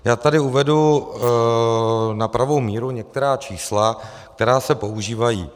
Já tady uvedu na pravou míru některá čísla, která se používají.